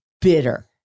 bitter